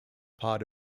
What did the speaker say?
part